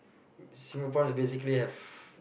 Singaporeans basically have